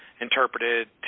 interpreted